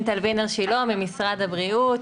שילה, משרד הבריאות.